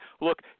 look